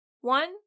One